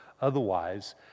Otherwise